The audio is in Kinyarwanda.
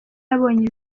yabonye